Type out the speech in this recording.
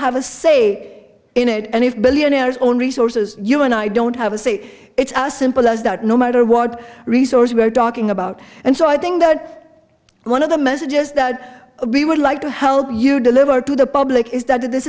have a say in it and if billionaires own resources you and i don't have a say it's as simple as that no matter what resource we are talking about and so i think that one of the messages that we would like to help you deliver to the public is that th